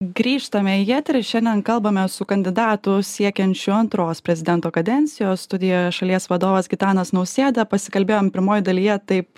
grįžtame į eterį šiandien kalbame su kandidatu siekiančiu antros prezidento kadencijos studijoje šalies vadovas gitanas nausėda pasikalbėjom pirmoj dalyje taip